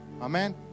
Amen